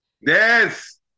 Yes